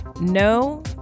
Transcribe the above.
no